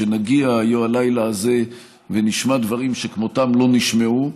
שנגיע הלילה הזה ונשמע דברים שכמותם לא נשמעו,